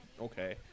okay